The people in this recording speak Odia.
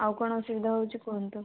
ଆଉ କଣ ଅସୁବିଧା ହେଉଛି କୁହନ୍ତୁ